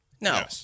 No